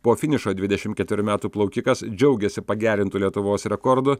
po finišo dvidešimt ketverių metų plaukikas džiaugėsi pagerintu lietuvos rekordu